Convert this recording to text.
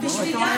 משהו, משהו.